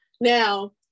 Now